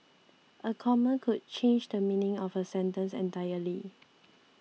a comma could change the meaning of a sentence entirely